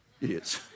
Idiots